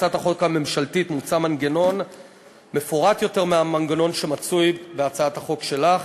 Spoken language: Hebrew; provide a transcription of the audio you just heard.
בהצעת החוק הממשלתית מוצע מנגנון מפורט יותר מהמנגנון שבהצעת החוק שלך.